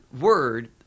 word